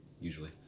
usually